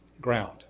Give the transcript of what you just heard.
ground